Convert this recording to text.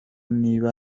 niba